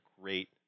great